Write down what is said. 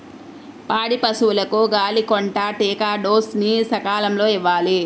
పాడి పశువులకు గాలికొంటా టీకా డోస్ ని సకాలంలో ఇవ్వాలి